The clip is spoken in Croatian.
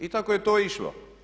I tako je to išlo.